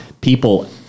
people